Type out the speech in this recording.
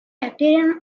bacterium